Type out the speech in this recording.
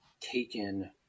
taken